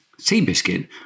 Seabiscuit